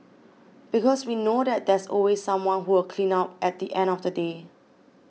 because we know that there's always someone who will clean up at the end of the day